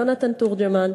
יונתן תורג'מן,